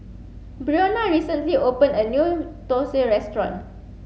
Breonna recently opened a new Dosa restaurant